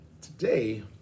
today